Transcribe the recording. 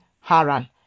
Haran